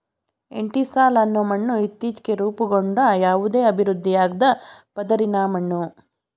entisol ಅನ್ನೋ ಮಣ್ಣು ಇತ್ತೀಚ್ಗೆ ರೂಪುಗೊಂಡ ಯಾವುದೇ ಅಭಿವೃದ್ಧಿಯಾಗ್ದ ಪದರಿನ ಮಣ್ಣು